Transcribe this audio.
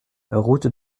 route